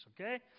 okay